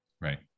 Right